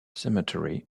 cemetery